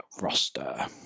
roster